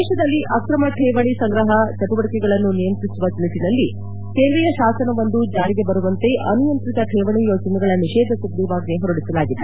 ದೇಶದಲ್ಲಿ ಅಕ್ರಮ ಠೇವಣಿ ಸಂಗ್ರಹ ಚಟುವಟಿಕೆಗಳನ್ನು ನಿಯಂತ್ರಿಸುವ ನಿಟ್ಟಿನಲ್ಲಿ ಕೇಂದ್ರೀಯ ಶಾಸನವೊಂದು ಜಾರಿಗೆ ಬರುವಂತೆ ಅನಿಯಂತ್ರಿತ ಠೇವಣಿ ಯೋಜನೆಗಳ ನಿಷೇಧ ಸುಗ್ರೀವಾಜ್ಞೆ ಹೊರಡಿಸಲಾಗಿದೆ